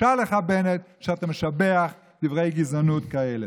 בושה לך, בנט, שאתה משבח דברי גזענות כאלה.